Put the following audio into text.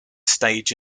stage